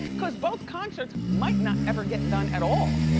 cause both concerts might not ever get done at all.